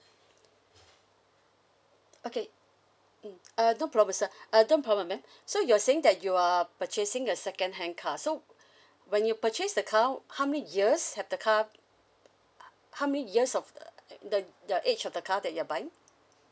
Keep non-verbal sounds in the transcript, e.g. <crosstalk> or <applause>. okay mm uh no problem sir <breath> uh don't problem madam <breath> so you're saying that you are purchasing a second hand car so <breath> when you purchase the car w~ how many years have the car h~ how many years of the uh the the age of the car that you are buying